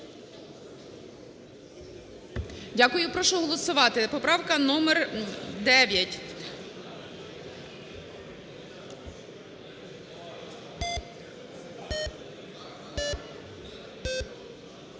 Дякую. Прошу голосувати, поправка номер 9.